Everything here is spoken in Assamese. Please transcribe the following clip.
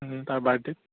ও তাৰ বাৰ্ডেত